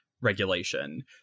regulation